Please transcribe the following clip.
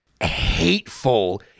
hateful